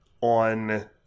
on